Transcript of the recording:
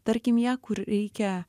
tarkim ją kur reikia